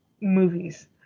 movies